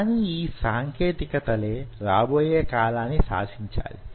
కాని యీ సాంకేతికతలే రాబోయే కాలాన్ని శాసించాలి